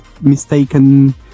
mistaken